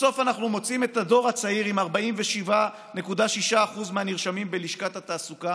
בסוף אנחנו מוצאים את הדור הצעיר עם 47.6% מהנרשמים בלשכת התעסוקה